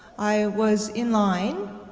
i was in line